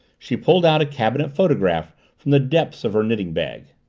she pulled out a cabinet photograph from the depths of her knitting-bag.